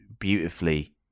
Beautifully